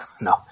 no